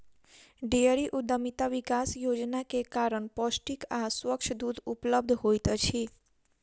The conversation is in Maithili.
डेयरी उद्यमिता विकास योजना के कारण पौष्टिक आ स्वच्छ दूध उपलब्ध होइत अछि